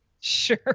Sure